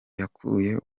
yakuye